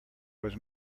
was